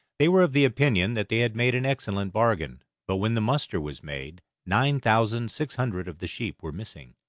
they were of the opinion that they had made an excellent bargain, but when the muster was made nine thousand six hundred of the sheep were missing.